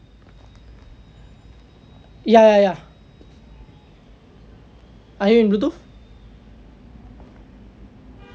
ya ya ya are you in bluetooth